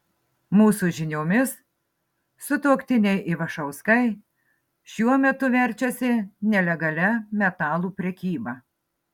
mūsų žiniomis sutuoktiniai ivašauskai šiuo metu verčiasi nelegalia metalų prekyba